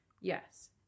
Yes